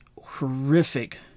horrific